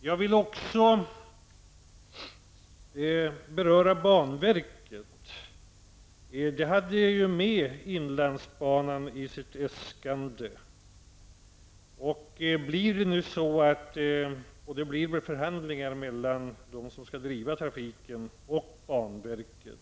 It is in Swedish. Jag vill också beröra banverket, som ju haft med inlandsbanan i sitt äskande. Det blir väl förhandlingar mellan dem som skall driva trafiken och banverket.